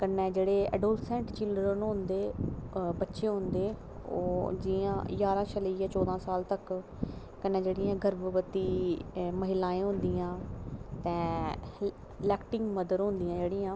कन्नै जेह्ड़े adolescence children बच्चे होंदे ओह् जियां जारां साल कोला चौदां साल तगर कन्नै जेह्ड़ियां गर्भवति महिलायें होंदियां तां इलेक्टिंग मदर होंदियां जेह्ड़ियां